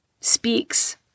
speaks